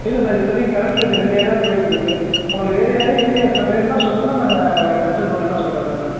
இல்லை சார் இப்போதிக்கி கரெண்ட்ல இந்த ரெண்டு ஏரியா தான் போயிகிட்ருக்கு உங்களுக்கு வேற யார் ஏரியாஸ்ஸ வேணும்னா சொல்லுங்கள் நாங்கள் கன்சல்ட் பண்ணிட்டு வேணா சொல்கிறேன் சார் நான்